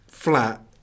Flat